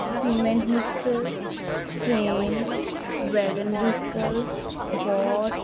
cement mixer train wagon vehicle boat